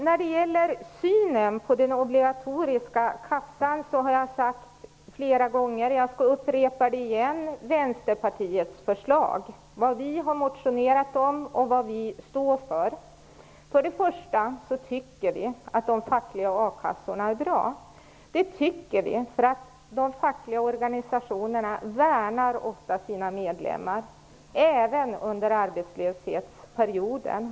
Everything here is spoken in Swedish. När det gäller synen på den obligatoriska kassan har jag sagt flera gånger, och jag skall upprepa det, vad vi i Vänsterpartiet har motionerat om och vad vi står för. För det första tycker vi att de fackliga a-kassorna är bra. Det tycker vi, för de fackliga organisationerna värnar ofta sina medlemmar, även under arbetslöshetsperioden.